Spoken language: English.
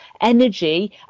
energy